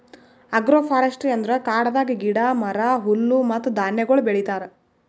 agro forestry ಅಂದುರ್ ಕಾಡದಾಗ್ ಗಿಡ, ಮರ, ಹುಲ್ಲು ಮತ್ತ ಧಾನ್ಯಗೊಳ್ ಬೆಳಿತಾರ್